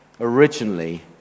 originally